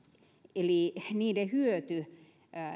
eli niiden hyöty